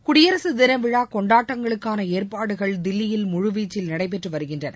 குடியரசுதினவிழாகொண்டாட்டங்களுக்கானஏற்பாடுகள் தில்லியில் முழுவீச்சில் நடைபெற்றுவருகின்றன